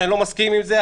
שאני לא מסכים עם זה,